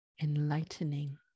Enlightening